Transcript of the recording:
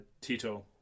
Tito